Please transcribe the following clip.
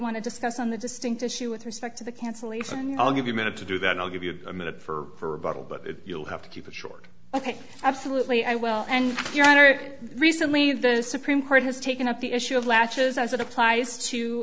want to discuss on the distinct issue with respect to the cancellation i'll give you a minute to do that i'll give you a minute for a bottle but you'll have to keep it short ok absolutely i will and your honor recently the supreme court has taken up the issue of latches as it applies to